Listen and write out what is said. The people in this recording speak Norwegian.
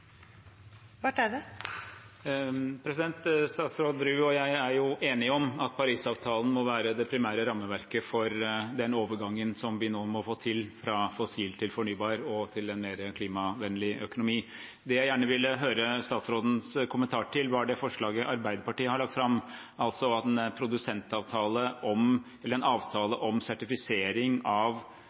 enige om at Parisavtalen må være det primære rammeverket for den overgangen som vi nå må få til fra fossil til fornybar og til en mer klimavennlig økonomi. Det jeg gjerne ville høre statsrådens kommentar til, var det forslaget Arbeiderpartiet har lagt fram, en avtale om